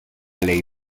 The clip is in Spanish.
ley